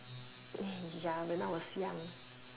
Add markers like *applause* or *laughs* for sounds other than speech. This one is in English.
*laughs* ya when I was young